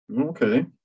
Okay